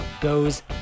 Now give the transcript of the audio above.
goes